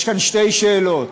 יש כאן שתי שאלות,